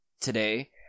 today